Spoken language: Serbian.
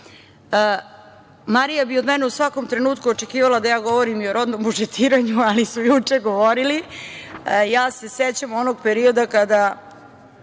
Srbije. Marija bi od mene u svakom trenutku očekivala da ja govorim i o rodnom budžetiranju, ali su juče govorili. Ja se sećam onog perioda kada